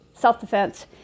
self-defense